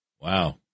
Wow